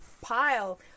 pile